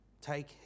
Take